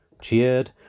Cheered